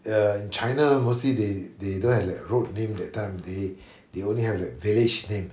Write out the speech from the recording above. ya in china mostly they they don't have the road name that time they they only have the village name